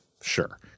Sure